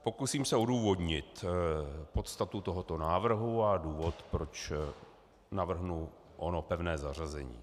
Pokusím se odůvodnit podstatu tohoto návrhu a důvod, proč navrhnu ono pevné zařazení.